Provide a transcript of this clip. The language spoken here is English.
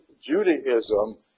Judaism